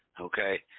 okay